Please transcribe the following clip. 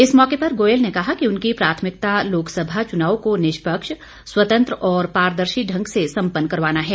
इस मौके पर गोयल ने कहा कि उनकी प्राथमिकता लोकसभा चुनाव को निष्पक्ष स्वतंत्र और पारदर्शी ढंग से सम्पन्न करवाना है